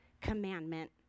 commandment